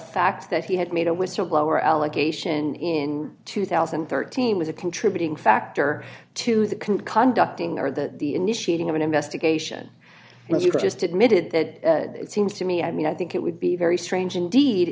fact that he had made a whistleblower allegation in two thousand and thirteen was a contributing factor to that can conduct inger that the initiating of an investigation and as you just admitted that it seems to me i mean i think it would be very strange indeed